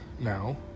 now